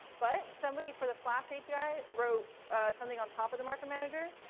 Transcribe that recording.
but somebody for the flash api wrote something on top of the marker manager,